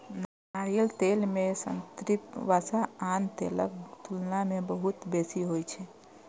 नारियल तेल मे संतृप्त वसा आन तेलक तुलना मे बहुत बेसी होइ छै